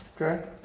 okay